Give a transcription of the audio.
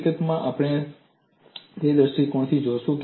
હકીકતમાં આપણે તે દ્રષ્ટિકોણથી જોઈશું